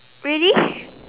really